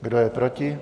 Kdo je proti?